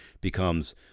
becomes